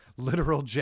literal